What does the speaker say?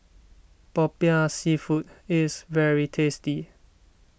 Popiah Seafood is very tasty